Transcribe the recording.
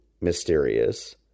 mysterious